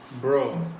Bro